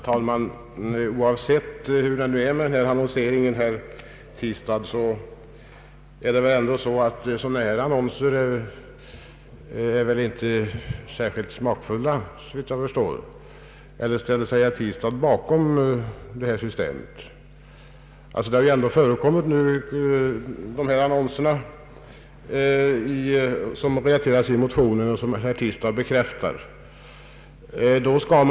Herr talman! Oavsett hur det är med annonseringen är väl dessa annonser inte särskilt smakfulla, såvitt jag förstår, eller ställer sig herr Tistad bakom det här systemet? Sådana annonser som beskrivs i motionen har ändå förekommit, och det bekräftar herr Tistad.